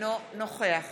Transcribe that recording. אינו נוכח